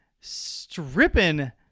Stripping